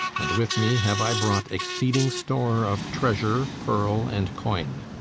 and with me have i brought exceeding store of treasure, pearl, and coin.